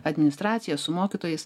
administracija su mokytojais